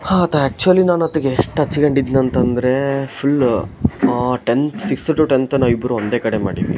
ಆತ ಆ್ಯಕ್ಚುವಲಿ ನನ್ನೊತ್ತಿಗೆ ಎಷ್ಟು ಹಚ್ಕೊಂಡಿದ್ನಂತಂದರೆ full ten sixth to tenth ನಾವಿಬ್ಬರೂ ಒಂದೇ ಕಡೆ ಮಾಡಿದ್ವಿ